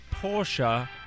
Porsche